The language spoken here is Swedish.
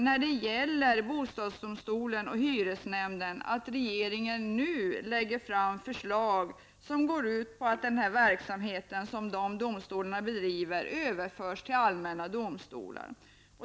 När det gäller bostadsdomstolen och hyresnämnden bör regeringen nu lägga fram förslag som går ut på att den verksamhet som dessa domstolar bedriver skall överföras till allmänna domstolar.